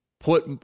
put